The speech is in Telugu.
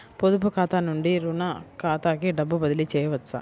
పొదుపు ఖాతా నుండీ, రుణ ఖాతాకి డబ్బు బదిలీ చేయవచ్చా?